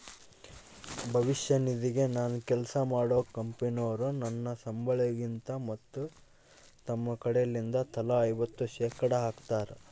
ಭವಿಷ್ಯ ನಿಧಿಗೆ ನಾನು ಕೆಲ್ಸ ಮಾಡೊ ಕಂಪನೊರು ನನ್ನ ಸಂಬಳಗಿಂದ ಮತ್ತು ತಮ್ಮ ಕಡೆಲಿಂದ ತಲಾ ಐವತ್ತು ಶೇಖಡಾ ಹಾಕ್ತಾರ